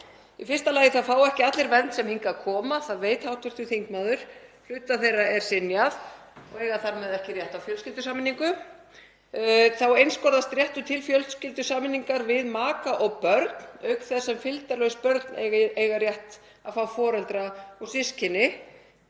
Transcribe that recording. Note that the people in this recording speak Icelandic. Í fyrsta lagi fá ekki allir vernd sem hingað koma, það veit hv. þingmaður. Hluta þeirra er synjað og eiga þar með ekki rétt á fjölskyldusameiningu. Þá einskorðast réttur til fjölskyldusameiningar við maka og börn auk þess sem fylgdarlaus börn eiga rétt á að fá foreldra og systkini